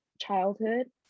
childhood